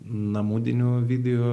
namudinių video